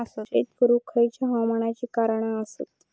शेत करुक खयच्या हवामानाची कारणा आसत?